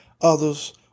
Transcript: others